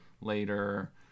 later